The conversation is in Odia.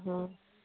ହଁ